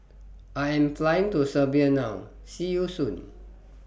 I Am Flying to Serbia now See YOU Soon